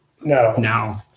No